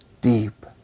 deep